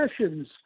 Sessions